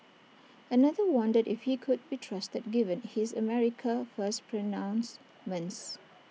another wondered if he could be trusted given his America First pronouncements